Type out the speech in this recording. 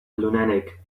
lunatic